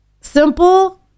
Simple